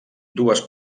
dues